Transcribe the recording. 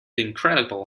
incredible